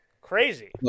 Crazy